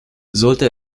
sollte